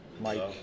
Mike